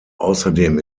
außerdem